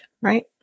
right